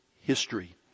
history